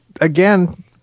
again